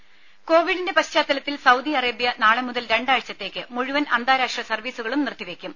ദേദ കോവിഡിന്റെ പശ്ചാത്തലത്തിൽ സൌദി അറേബ്യ നാളെ മുതൽ രണ്ടാഴ്ചത്തേക്ക് മുഴുവൻ അന്താരാഷ്ട്ര സർവീസുകളും നിർത്തിവെയ്ക്കും